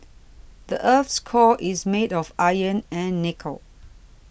the earth's core is made of iron and nickel